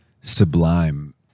sublime